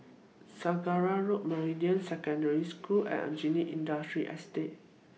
Saraca Road Meridian Secondary School and Aljunied Industrial Estate